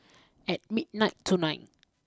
at midnight tonight